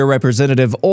Representative